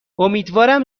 امیدوارم